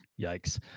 Yikes